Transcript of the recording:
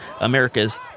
America's